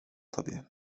tobie